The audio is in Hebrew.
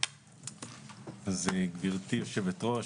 גברתי היושבת-ראש,